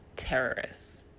terrorists